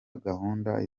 gahunda